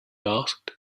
asked